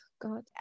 God